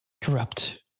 corrupt